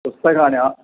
पुस्तकानि